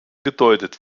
gedeutet